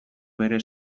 bere